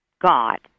God